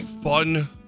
Fun